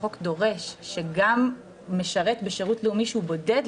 החוק דורש שגם משרת בשירות לאומי שהוא בודד,